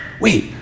wait